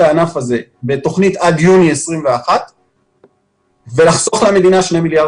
הענף הזה בתוכנית עד יוני 2021 ולחסוך למדינה שני מיליארד